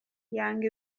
yanga